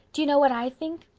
do you know what i think?